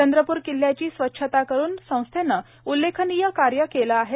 चंद्रप्र किल्ल्याची स्वच्छता करून संस्थेने उल्लेखनीय कार्य केले आहे